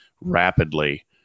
rapidly